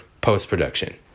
post-production